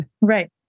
Right